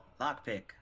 lockpick